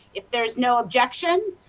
if there is no objection,